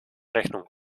rechnung